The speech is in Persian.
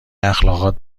اخلاقات